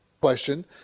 question